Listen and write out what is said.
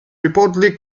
reportedly